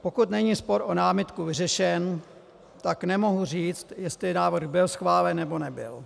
Pokud není spor o námitku vyřešen, tak nemohu říct, jestli návrh byl schválen nebo nebyl.